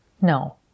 No